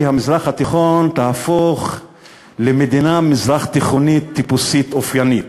המזרח התיכון תהפוך למדינה מזרח-תיכונית טיפוסית אופיינית,